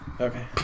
Okay